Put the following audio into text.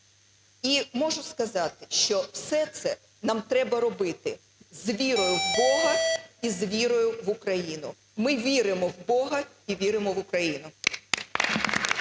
І можу сказати, що все це нам треба робити з вірою в Бога і з вірою в Україну. Ми віримо в Бога і віримо в Україну.